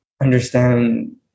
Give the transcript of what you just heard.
understand